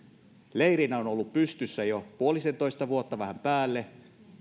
leirinä on ollut pystyssä jo puolisentoista vuotta vähän päälle